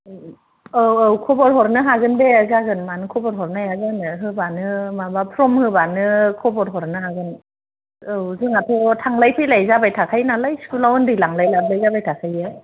औ औ खबर हरनो हागोन दे जागोन मानो खबर हरनो हाया जानो होबानो माबा फर्म होबानो हरनो हागोन औ जोंहा थ' थांलाय फैलाय जाबाय थाखायो नालाय स्कुलाव ओन्दै लांलाय लाबोलाय जाबाय थाखायो